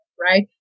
right